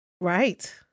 Right